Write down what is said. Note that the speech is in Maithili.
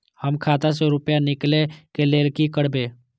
हम खाता से रुपया निकले के लेल की करबे?